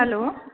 hello